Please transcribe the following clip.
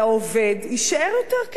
יישאר יותר כסף בכיס.